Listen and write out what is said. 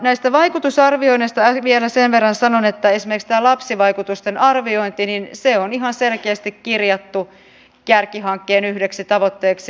näistä vaikutusarvioinneista vielä sen verran sanon että esimerkiksi tämä lapsivaikutusten arviointi on ihan selkeästi kirjattu kärkihankkeen yhdeksi tavoitteeksi